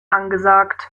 angesagt